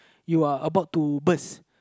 you are about to burst